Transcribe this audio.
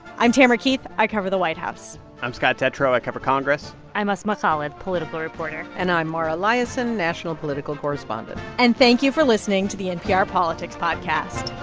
i'm tamara keith. i cover the white house i'm scott detrow. i cover congress i'm asma khalid, political reporter and i'm mara liasson, national political correspondent and thank you for listening to the npr politics podcast